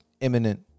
imminent